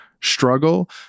struggle